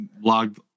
logged